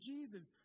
Jesus